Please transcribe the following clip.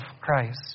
Christ